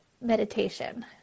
meditation